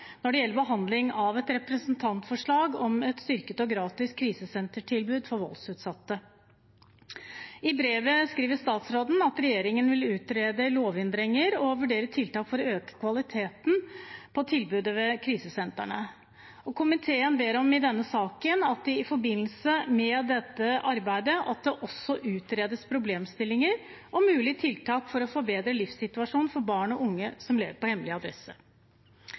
når det gjelder behandling av et representantforslag om et styrket og gratis krisesentertilbud for voldsutsatte. I brevet skriver statsråden at regjeringen vil utrede lovendringer og vurdere tiltak for å øke kvaliteten på tilbudet ved krisesentrene. Og komiteen ber i denne saken om at det i forbindelse med dette arbeidet også utredes problemstillinger og mulige tiltak for å forbedre livssituasjonen for barn og unge som lever på hemmelig adresse.